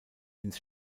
ins